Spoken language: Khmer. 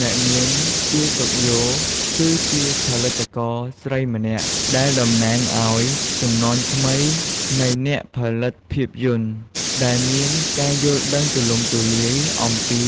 អ្នកនាង ជា សុខយ៉ូ គឺជាផលិតករស្រីម្នាក់ដែលតំណាងឱ្យ ជំនាន់ថ្មីនៃអ្នកផលិតភាពយន្ត ដែលមានការយល់ដឹងទូលំទូលាយអំពី